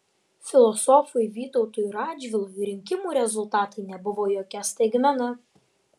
filosofui vytautui radžvilui rinkimų rezultatai nebuvo jokia staigmena